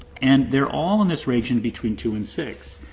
and they're all in this region between two and six.